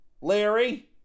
Larry